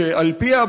שבעקבותיה,